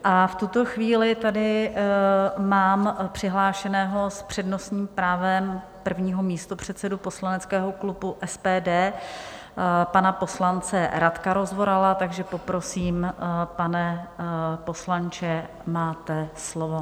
A v tuto chvíli tady mám přihlášeného s přednostním právem prvního místopředsedu poslaneckého klubu SPD pana poslance Radka Rozvorala, takže poprosím, pane poslanče, máte slovo.